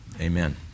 Amen